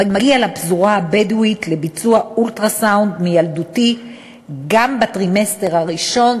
המגיע לפזורה הבדואית לביצוע אולטרה-סאונד מיילדותי גם בטרימסטר הראשון,